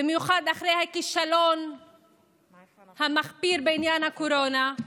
במיוחד אחרי הכישלון המחפיר בעניין הקורונה.